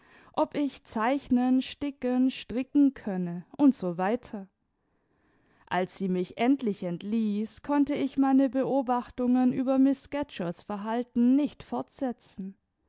ob ich zeichnen sticken stricken könne u s w als sie mich endlich entließ konnte ich meine beobachtungen über miß scatcherds verhalten nicht fortsetzen